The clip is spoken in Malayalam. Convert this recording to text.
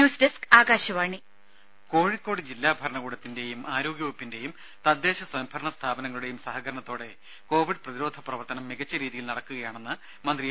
ന്യൂസ് ഡസ്ക് ആകാശവാണി ടെട്ട കോഴിക്കോട് ജില്ലാ ഭരണകൂടത്തിന്റെയും ആരോഗ്യ വകുപ്പിന്റെയും തദ്ദേശ സ്വയംഭരണ സ്ഥാപനങ്ങളുടെയും സഹകരണത്തോടെ കോവിഡ് പ്രതിരോധ പ്രവർത്തനം മികച്ച രീതിയിൽ നടക്കുകയാണെന്ന് മന്ത്രി എ